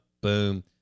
Boom